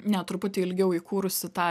ne truputį ilgiau įkūrusi tą